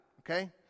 Okay